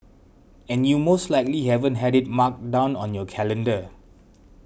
and you most likely haven't had it marked down on your calendar